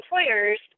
employers